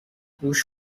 گوش